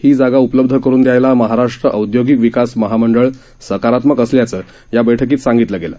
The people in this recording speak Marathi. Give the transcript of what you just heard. ही जागा उपलब्ध करून द्यायला महाराष्ट्र औद्योगिक विकास महामंडळ सकारात्मक असल्याचं या बैठकीत सांगितलं गेलं